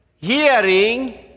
hearing